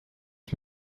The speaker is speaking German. ich